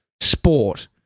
sport